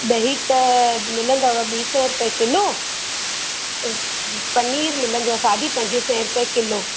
डही त मिलंदव ॿी सैं रूपे किलो अऊं पनीर मिलंदो साढी पंजे सैं रूपे कीलो